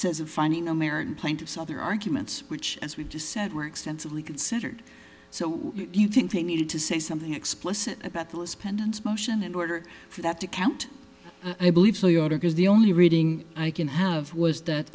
sense of finding american plaintiffs other arguments which as we've just said were extensively considered so you think they needed to say something explicit about those pendants motion in order for that to count i believe so you ought to because the only reading i can have was that